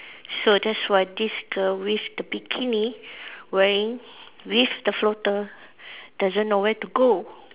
so that's why this girl with the bikini wearing with the floater doesn't know where to go